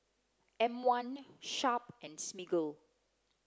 M One Sharp and Smiggle